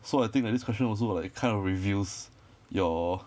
so I think like this question also like kind of reveals your